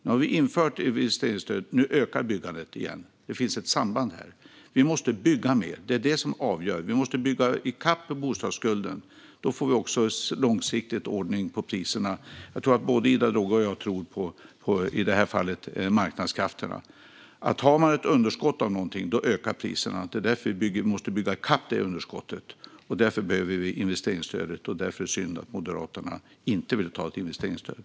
Nu har vi infört investeringsstöd, och byggandet ökar igen. Det finns ett samband här. Vi måste bygga mer. Det är detta som avgör. Vi måste bygga i kapp bostadsskulden. Då får vi långsiktigt ordning på priserna. Jag tror att både Ida Drougge och jag tror på marknadskrafterna i det här fallet. Om man har ett underskott på något ökar priserna. Det är därför vi måste bygga i kapp underskottet, och då behöver vi investeringsstödet. Det är därför synd att Moderaterna inte vill ha investeringsstöd.